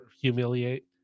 humiliate